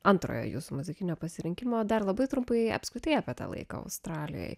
antrojo jūsų muzikinio pasirinkimo dar labai trumpai apskritai apie tą laiką australijoj